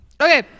Okay